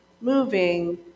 moving